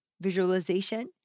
visualization